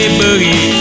boogie